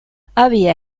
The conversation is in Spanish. había